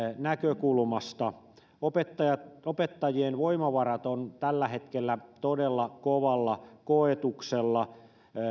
näkökulmasta opettajien voimavarat ovat tällä hetkellä todella kovalla koetuksella